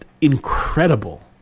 incredible